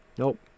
Nope